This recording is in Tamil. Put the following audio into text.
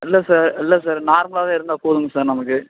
இல்லை சார் இல்லை சார் நார்மலாகவே இருந்தால் போதுங்க சார் நமக்கு